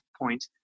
point